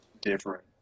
different